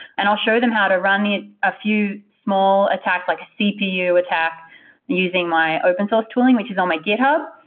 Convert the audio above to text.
and i'll show them how to run a few small attacks, like a cpu attack using my open source tooling, which is on my github.